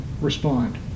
respond